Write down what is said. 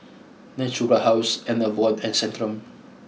Natura House Enervon and Centrum